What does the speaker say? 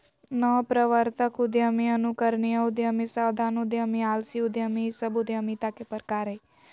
नवप्रवर्तक उद्यमी, अनुकरणीय उद्यमी, सावधान उद्यमी, आलसी उद्यमी इ सब उद्यमिता के प्रकार हइ